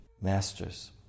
masters